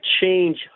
change